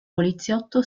poliziotto